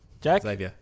Jack